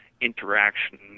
interaction